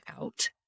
out